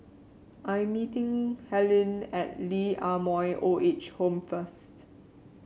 I'm meeting Helyn at Lee Ah Mooi Old Age Home first